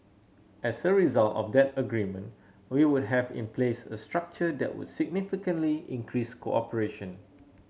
as a result of that agreement we would have in place a structure that would significantly increase cooperation